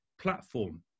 platform